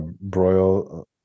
broil